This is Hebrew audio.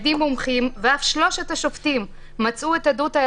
איך 22 מפקחים יכולים לעשות את העבודה הזאת?